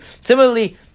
Similarly